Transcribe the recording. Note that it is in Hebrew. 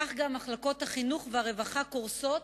כך גם מחלקות החינוך והרווחה קורסות,